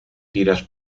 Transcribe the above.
tiras